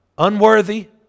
unworthy